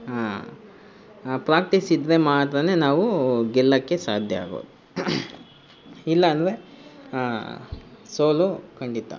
ಹಾಂ ಪ್ರಾಕ್ಟೀಸ್ ಇದ್ದರೆ ಮಾತ್ರವೇ ನಾವು ಗೆಲ್ಲೋಕೆ ಸಾಧ್ಯ ಆಗೋದು ಇಲ್ಲಾಂದರೆ ಸೋಲು ಖಂಡಿತ